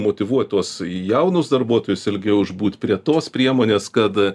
motyvuot tuos jaunus darbuotojus ilgiau išbūt prie tos priemonės kad